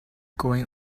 going